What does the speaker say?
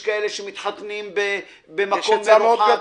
יש מי שמתחתנים במקום מרוחק.